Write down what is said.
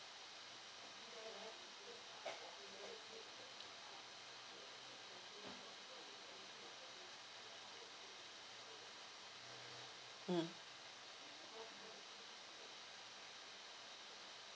mm